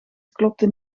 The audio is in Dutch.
klopten